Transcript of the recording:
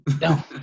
No